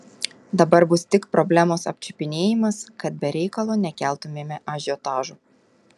dabar bus tik problemos apčiupinėjimas kad be reikalo nekeltumėme ažiotažo